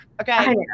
Okay